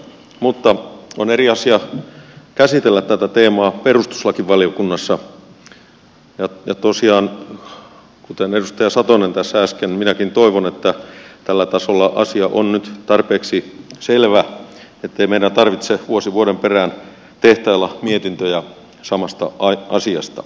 mutta on eri asia käsitellä tätä teemaa perustuslakivaliokunnassa ja tosiaan kuten edustaja satonen tässä äsken minäkin toivon että tällä tasolla asia on nyt tarpeeksi selvä ettei meidän tarvitse vuosi vuoden perään tehtailla mietintöjä samasta asiasta